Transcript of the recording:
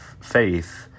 faith